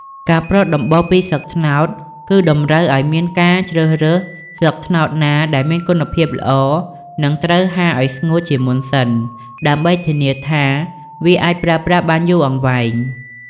ការប្រក់ដំបូលពីស្លឹកត្នោត គឺតម្រូវឲ្យមានការជ្រើសរើសស្លឹកត្នោតណាដែលមានគុណភាពល្អ និងត្រូវហាលឲ្យស្ងួតជាមុនសិន ដើម្បីធានាថាវាអាចប្រើប្រាស់បានយូរអង្វែង។